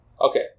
Okay